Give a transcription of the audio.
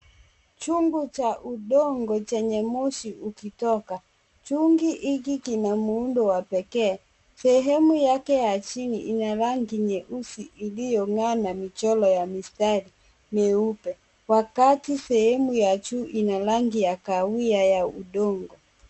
Chungu cha udongo chenye moshi ukitoka. Chungu hiki kina muundo wa pekee. Sehemu yake ya chini ina rangi nyeusi iliyong'aa na michoro ya mistari mieupe wakati sehemu ya juu ina rangi ya kahawia ya udongo.